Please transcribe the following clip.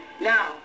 Now